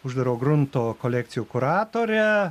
uždaro grunto kolekcijų kuratorė